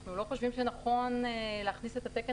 אנחנו לא חושבים שנכון להכניס את התקן